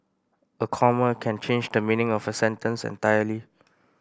a comma can change the meaning of a sentence entirely